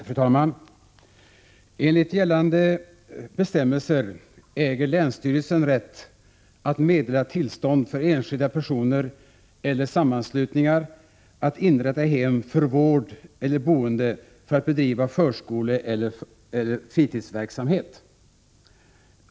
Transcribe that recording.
Fru talman! Enligt gällande bestämmelser äger länsstyrelsen rätt att meddela tillstånd för enskilda personer eller sammanslutningar att inrätta hem för vård eller boende för att bedriva förskoleeller fritidshemsverksamhet.